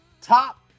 top